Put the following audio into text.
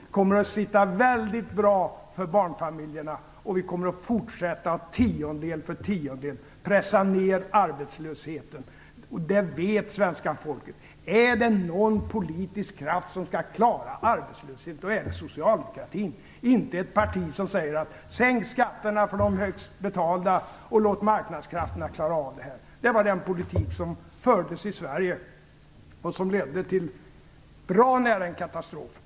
Det kommer att sitta väldigt bra för barnfamiljerna. Vi kommer att fortsätta att tiondel för tiondel pressa ned arbetslösheten. Det vet svenska folket. Är det någon politisk kraft som skall klara arbetslösheten är det socialdemokratin, inte ett parti som säger att man skall sänka skatterna för de högst betalda och låta marknadskrafterna klara av det här. Det var den politik som fördes i Sverige och som var nära att leda till en katastrof.